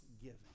giving